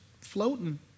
floating